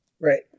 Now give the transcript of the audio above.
Right